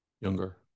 younger